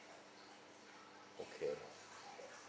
okay